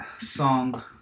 song